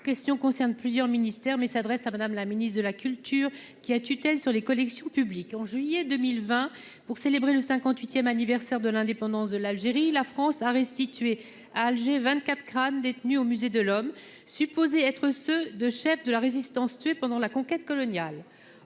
ma question concerne plusieurs ministères mais s'adresse à Madame la ministre de la culture qui a tutelle sur les collections publiques en juillet 2020 pour célébrer le 58ème anniversaire de l'indépendance de l'Algérie, la France a restitué à Alger, 24 Khan, détenu au musée de l'homme, supposés être ceux de chefs de la Résistance tués pendant la conquête coloniale,